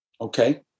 Okay